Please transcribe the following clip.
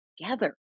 together